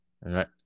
Right